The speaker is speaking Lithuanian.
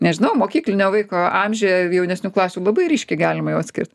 nežinau mokyklinio vaiko amžiuje jaunesnių klasių labai ryškiai galima jau atskirt